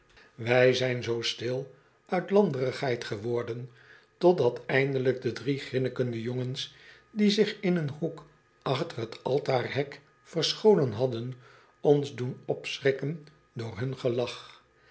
wij zijn zoo stil uit landerigheid geworden totdat eindelijk do drie grinnikende jongens die zich in een hoek achter t altaarhek verscholen hadden ons doen opschrikken door hun gelach